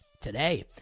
today